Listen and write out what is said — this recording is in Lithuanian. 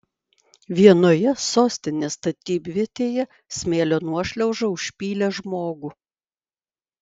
vienoje sostinės statybvietėje smėlio nuošliauža užpylė žmogų